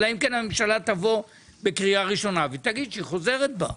אלא אם כן הממשלה תבוא בקריאה ראשונה ותגיד שהיא חוזרת בה.